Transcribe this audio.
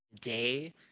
day